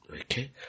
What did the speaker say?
Okay